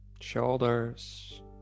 Shoulders